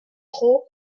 trot